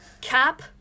Cap